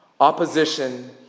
opposition